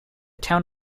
town